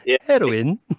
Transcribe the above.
Heroin